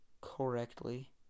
correctly